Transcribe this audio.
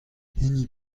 hini